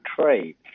trade